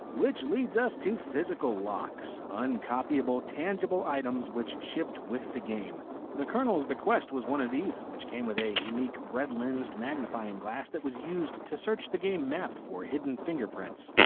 which leads us to physical locks uncopyable tangible items which shipped with the game the colonel's bequest was one of these, which came with a unique red lens magnifying glass that was used to search the game map for hidden fingerprints.